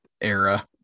era